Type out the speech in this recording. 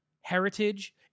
heritage